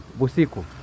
Busiku